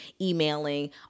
emailing